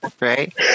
Right